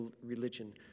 religion